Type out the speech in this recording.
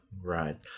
Right